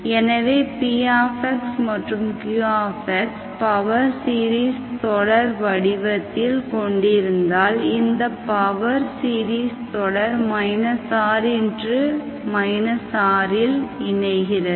எனவே px மற்றும் qx power series தொடர் வடிவத்தில் கொண்டிருந்தால் இந்தத் பவர் சீரிஸ் தொடர் r r இல் இணைகிறது